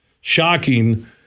shocking